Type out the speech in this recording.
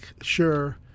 sure